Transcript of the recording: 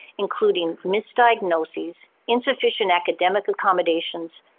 including misdiagnosis, insufficient academic accommodations,